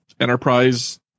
enterprise